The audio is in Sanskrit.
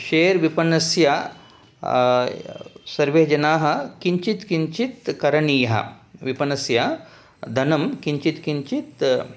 शेर् विपणस्य सर्वे जनाः किञ्चित् किञ्चित् करणीयः विपणस्य धनं किञ्चित् किञ्चित्